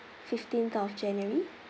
fifteenth of january